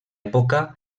època